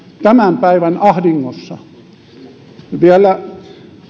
tämän päivän ahdingossa ja vielä